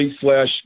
slash